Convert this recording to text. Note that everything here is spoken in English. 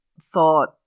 thought